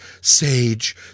sage